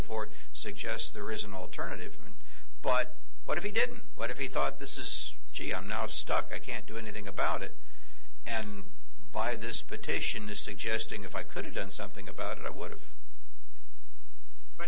forth suggests there is an alternative but what if he didn't but if he thought this is gee i'm now stuck i can't do anything about it and by this petition is suggesting if i could have done something about it i would've but